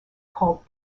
called